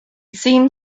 seemed